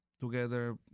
together